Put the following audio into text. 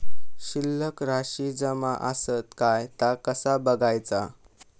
शिल्लक राशी जमा आसत काय ता कसा बगायचा?